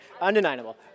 Undeniable